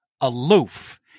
aloof